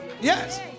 Yes